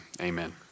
Amen